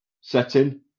setting